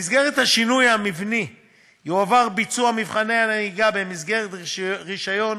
במסגרת השינוי המבני יועבר ביצוע מבחני הנהיגה במסגרת רישיון